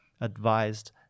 advised